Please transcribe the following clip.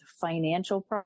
financial